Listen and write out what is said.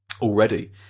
already